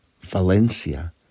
Valencia